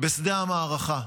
בשדה המערכה.